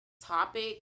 topic